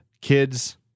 Kids